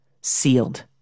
sealed